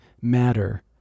matter